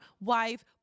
wife